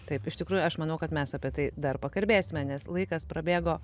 taip iš tikrųjų aš manau kad mes apie tai dar pakalbėsime nes laikas prabėgo